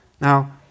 Now